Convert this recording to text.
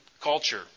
culture